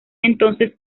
entonces